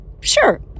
sure